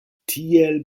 tiel